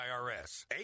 IRS